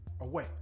Away